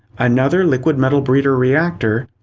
another liquid metal breeder reactor,